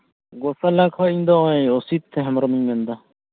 ᱜᱚᱥᱟᱞ ᱰᱟᱝᱜᱟ ᱠᱷᱚᱡ ᱤᱧ ᱫᱚ ᱚᱥᱤᱛ ᱦᱮᱢᱵᱨᱚᱢ ᱤᱧ ᱢᱮᱱ ᱮᱫᱟ